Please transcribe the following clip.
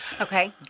Okay